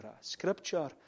Scripture